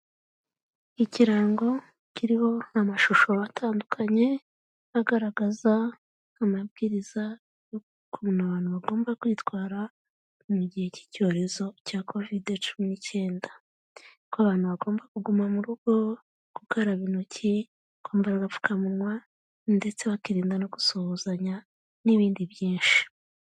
Ikirango kiriho amashusho atandukanye agaragaza amabwiriza y'ukuntu abantu bagomba kwitwara mu gihe cy'icyorezo cya Kovide cumi n'ikenda. Ko abantu bagomba kuguma mu rugo, gukaraba intoki, kwambara agapfukamunwa ndetse bakirinda no gusuhuzanya, n'ibindi byinshi.